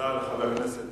תודה לחבר הכנסת